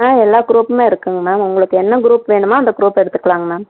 ஆ எல்லா குரூப்புமே இருக்குதுங்க மேம் உங்களுக்கு என்ன குரூப் வேணுமோ அந்த குரூப்பை எடுத்துக்கலாம்ங்க மேம்